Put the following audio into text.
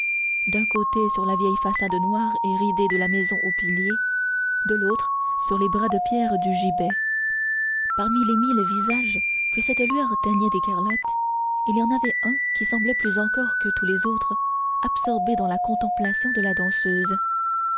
d'un côté sur la vieille façade noire et ridée de la maison aux piliers de l'autre sur les bras de pierre du gibet parmi les mille visages que cette lueur teignait d'écarlate il y en avait un qui semblait plus encore que tous les autres absorbé dans la contemplation de la danseuse